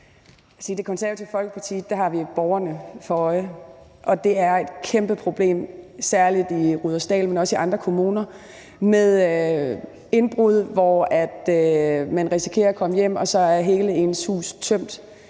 Det Konservative Folkeparti har borgerne for øje, og det er et kæmpeproblem, særlig i Rudersdal, men også i andre kommuner, med indbrud, hvor man risikerer at komme hjem og hele ens hus så